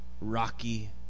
rocky